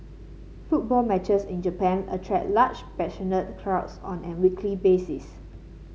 football matches in Japan attract large passionate crowds on a weekly basis